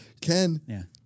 Ken